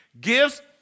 gifts